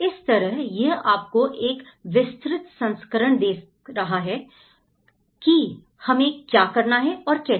इस तरह यह आपको एक विस्तृत संस्करण दे रहा है कि हमें क्या करना है और कैसे